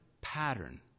pattern